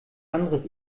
anderes